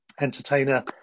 Entertainer